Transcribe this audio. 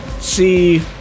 see